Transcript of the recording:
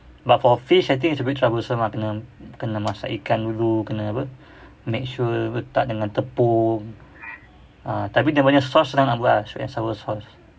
but for fish I think it's a bit troublesome ah kena kena masak ikan dulu kena apa make sure letak dengan tepung ah tapi dia punya sauce senang nak buat ah sweet and sour sauce